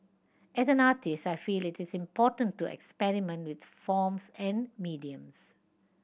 as an artist I feel it is important to experiment with forms and mediums